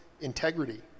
integrity